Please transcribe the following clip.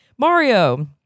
Mario